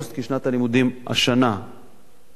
כי שנת הלימודים השנה מתחילה,